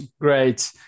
Great